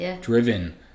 driven